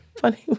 Funny